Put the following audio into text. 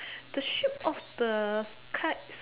the shoot of the card